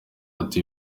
ati